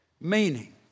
Meaning